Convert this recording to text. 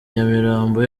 nyamirambo